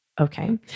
Okay